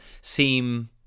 seem